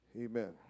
Amen